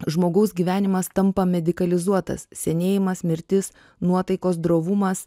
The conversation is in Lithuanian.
žmogaus gyvenimas tampa medikalizuotas senėjimas mirtis nuotaikos drovumas